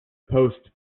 post